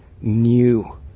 new